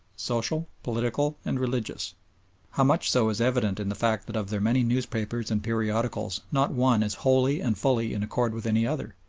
social, political, and religious how much so is evident in the fact that of their many newspapers and periodicals not one is wholly and fully in accord with any other.